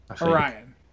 Orion